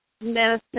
medicine